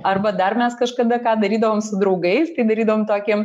arba dar mes kažkada ką darydavom su draugais tai darydavom tokį